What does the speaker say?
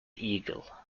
eagle